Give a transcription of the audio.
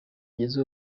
byiza